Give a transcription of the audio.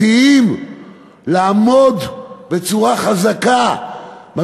לעמוד בצורה חזקה בעניינים דתיים.